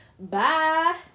Bye